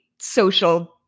social